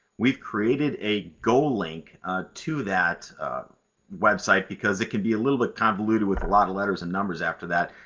we've created a go link to that website because it can be a little bit convoluted with a lot of letters and numbers after that.